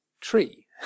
tree